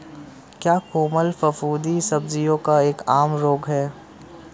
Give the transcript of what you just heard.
क्या कोमल फफूंदी सब्जियों का एक आम रोग है?